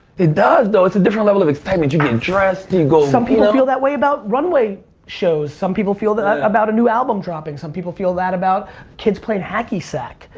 it does though, it's a different level of excitement, you get dressed you go. some people feel that way about runway shows. some people feel that way about a new album dropping. some people feel that about kids playing hacky-sack.